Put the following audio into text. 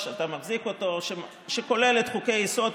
תחזיר את המיליונים שאתה חייב.